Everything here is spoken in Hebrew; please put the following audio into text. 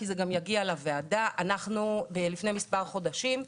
כי זה גם יגיע לוועדה: לפני מספר חודשים,